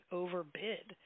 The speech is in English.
overbid